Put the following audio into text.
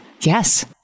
Yes